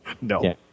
no